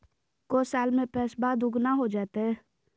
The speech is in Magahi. को साल में पैसबा दुगना हो जयते?